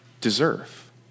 deserve